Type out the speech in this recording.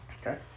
Okay